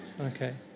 Okay